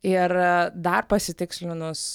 ir dar pasitikslinus